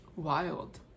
wild